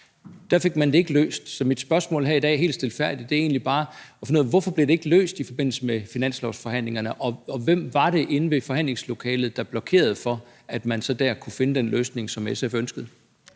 Der fik man det ikke løst, så mit spørgsmål her i dag er helt stilfærdigt bare: Hvorfor blev det ikke løst i forbindelse med finanslovsforhandlingerne, og hvem var det inde i forhandlingslokalet, der blokerede for, at man dér kunne finde den løsning, som SF ønskede?